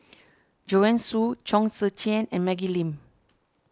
Joanne Soo Chong Tze Chien and Maggie Lim